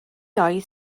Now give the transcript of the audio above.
oedd